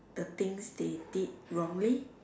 the things they did wrongly